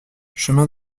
chemin